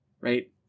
right